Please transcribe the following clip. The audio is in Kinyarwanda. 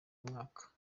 mwaka